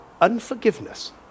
unforgiveness